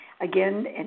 again